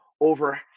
over